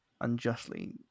unjustly